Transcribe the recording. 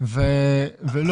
זה נשמע לי כמו אמירה נחרצת מדי.